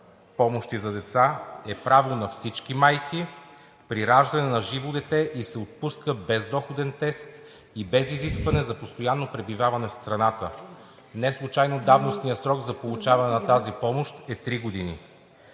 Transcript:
помощи за деца е право на всички майки при раждане на живо дете и се отпуска без доходен тест и без изискване за постоянно пребиваване в страната. Неслучайно давностният срок за получаване на тази помощ е три години.